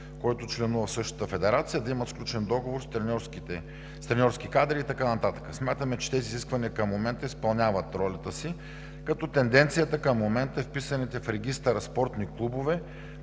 който членува в същата федерация, да имат сключен договор с треньорски кадри и така нататък. Смятаме, че тези изисквания към момента изпълняват ролята си като тенденцията е вписаните в Регистъра спортни клубове